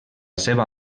seva